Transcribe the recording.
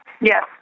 Yes